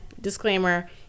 disclaimer